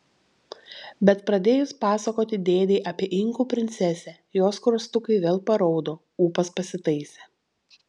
bet pradėjus pasakoti dėdei apie inkų princesę jos skruostukai vėl paraudo ūpas pasitaisė